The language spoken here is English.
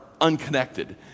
unconnected